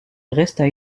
restent